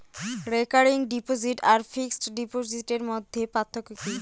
Recurring deposit আর fixed ডিপোজিটের মধ্যে পার্থক্য কি?